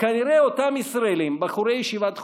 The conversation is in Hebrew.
כנראה אותם ישראלים, בחורי ישיבת חומש,